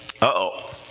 Uh-oh